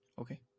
Okay